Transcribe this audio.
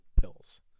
pills